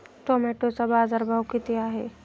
टोमॅटोचा बाजारभाव किती आहे?